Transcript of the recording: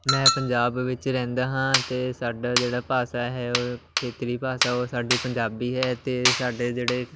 ਮੈਂ ਪੰਜਾਬ ਵਿੱਚ ਰਹਿੰਦਾ ਹਾਂ ਅਤੇ ਸਾਡਾ ਜਿਹੜਾ ਭਾਸ਼ਾ ਹੈ ਉਹ ਖੇਤਰੀ ਭਾਸ਼ਾ ਉਹ ਸਾਡੀ ਪੰਜਾਬੀ ਹੈ ਅਤੇ ਸਾਡੇ ਜਿਹੜੇ